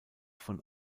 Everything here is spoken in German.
von